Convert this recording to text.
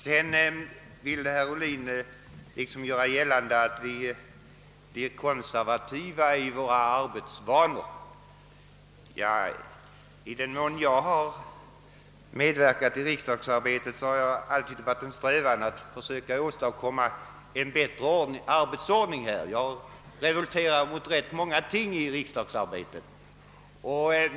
Herr Ohlin ville vidare göra gällande, att vi här i riksdagen är konservativa i våra arbetsvanor. Så länge jag deltagit i riksdagsarbetet har jag strävat efter att söka åstadkomma en bättre arbetsordning; jag har revolterat mot rätt många ting i riksdagsarbetet.